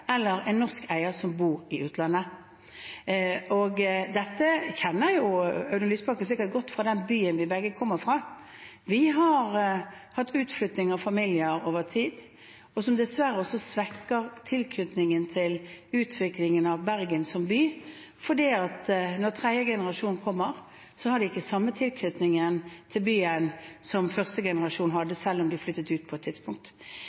eller en norsk eier som bor i utlandet. Dette kjenner Audun Lysbakken sikkert godt fra den byen vi begge kommer fra. Vi har hatt utflytting av familier over tid, og det svekker dessverre også tilknytningen til utviklingen av Bergen som by, for når tredje generasjon kommer, har de ikke samme tilknytningen til byen som første generasjon hadde, selv om de flyttet ut på et tidspunkt.